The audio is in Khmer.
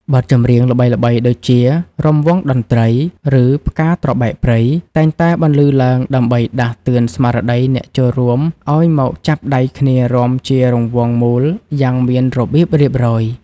បទចម្រៀងល្បីៗដូចជា រាំវង់តន្ត្រី ឬ ផ្កាត្របែកព្រៃ តែងតែបន្លឺឡើងដើម្បីដាស់តឿនស្មារតីអ្នកចូលរួមឱ្យមកចាប់ដៃគ្នារាំជារង្វង់មូលយ៉ាងមានរបៀបរៀបរយ។